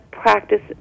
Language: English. practice